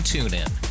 TuneIn